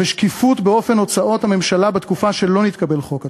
ושקיפות באופן הוצאות הממשלה בתקופה שלא נתקבל חוק התקציב,